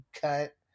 cut